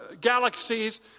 galaxies